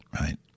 right